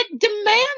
demand